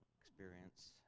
experience